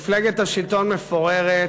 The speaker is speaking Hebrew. מפלגת השלטון מפוררת,